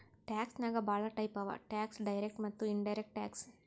tax ನಾಗ್ ಭಾಳ type ಅವಾ ಟ್ಯಾಕ್ಸ್ ಡೈರೆಕ್ಟ್ ಮತ್ತ ಇನಡೈರೆಕ್ಟ್ ಟ್ಯಾಕ್ಸ್